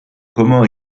comment